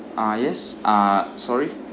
ah yes uh sorry